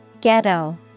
Ghetto